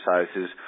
exercises